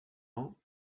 ans